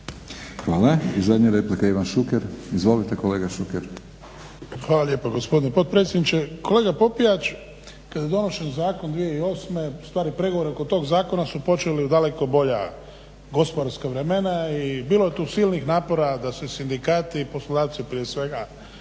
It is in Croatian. Hvala. I zadnja replika, Ivan Šuker. Izvolite kolega Šuker. **Šuker, Ivan (HDZ)** Hvala lijepo gospodine potpredsjedniče. Kolega Popijač, kad je donošen zakon 2008. godine, ustvari pregovori oko tog zakona su počeli u daleko bolja gospodarska vremena i bilo je tu silnih napora da se sindikati i poslodavci prije svega